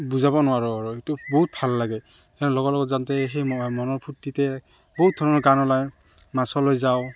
বুজাব নোৱাৰোঁ আৰু এইটো বহুত ভাল লাগে সেই লগৰ লগত যাওঁতে সেই মনৰ ফূৰ্তিতে বহুত ধৰণৰ গান ওলায় মাছলৈ যাওঁ